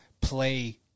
play